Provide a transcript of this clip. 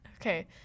Okay